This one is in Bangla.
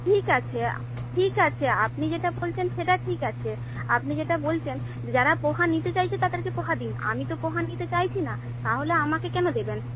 ঠিক আছে ঠিক আছে আপনি যেটা বলছেন সেটা ঠিক আছে আপনি যেটা বলছেন যে যারা পোহা নিতে চাইছে তাদেরকে পোহা দিন আমি তো পোহা নিতে চাইছি না তাহলে আমাকে কেন দেবেন